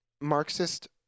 marxist